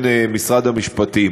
חלקן הן קטינות,